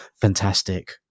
fantastic